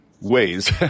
ways